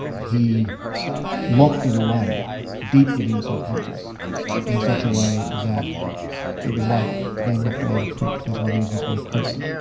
he locked it away deep within the subconscious in such a way that it was like being locked away in a crypt that's why they use this word crypt.